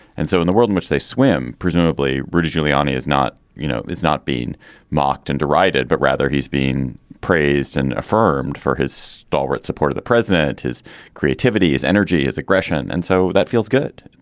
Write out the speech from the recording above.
and so in the world in which they swim, presumably rudy giuliani is not you know, he's not been mocked and derided, but rather he's been praised and affirmed for his stalwart support of the president. his creativity is energy, is aggression. and so that feels good.